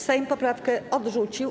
Sejm poprawkę odrzucił.